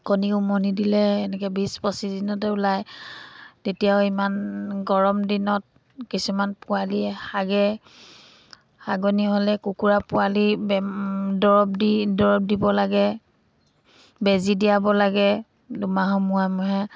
কণী উমনি দিলে এনেকে বিছ পঁচিছ দিনতে ওলাই তেতিয়াও ইমান গৰম দিনত কিছুমান পোৱালিয়ে হাগে হাগনি হ'লে কুকুৰা পোৱালি দৰৱ দি দৰৱ দিব লাগে বেজি দিয়াব লাগে দুমাহৰ মূৰে মূৰে